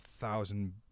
thousand